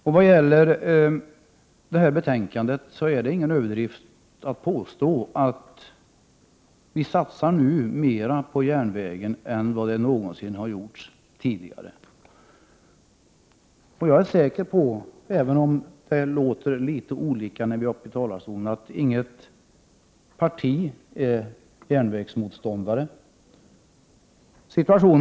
Det är ingen överdrift att påstå att vi i det betänkande som nu behandlas satsar mer på järnvägen än det någonsin har gjorts tidigare. Jag är säker på att inget parti är järnvägsmotståndare, även om det låter litet olika när de olika företrädarna är uppe i talarstolen.